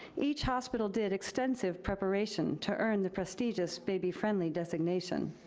each hospital did extensive preparation to earn the prestigious baby-friendly designation.